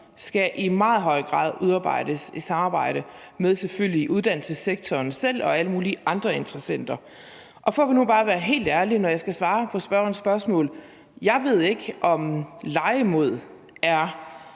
skal i meget høj grad udarbejdes i samarbejde med selvfølgelig uddannelsessektoren selv og alle mulige andre interessenter. For nu bare at være helt ærlig, når jeg skal svare på spørgerens spørgsmål: Jeg ved ikke, om legemod er